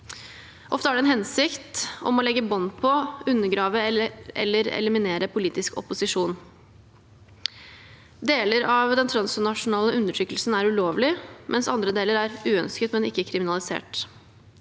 Det har til hensikt å legge bånd på, undergrave eller eliminere politisk opposisjon. Deler av den transnasjonale undertrykkelsen er ulovlig, mens andre deler er uønsket, men ikke kriminalisert.